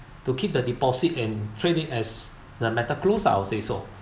to keep the deposit and treat it as the matter close lah I would say so